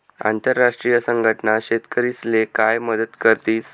आंतरराष्ट्रीय संघटना शेतकरीस्ले काय मदत करतीस?